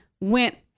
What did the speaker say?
went